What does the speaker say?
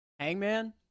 Hangman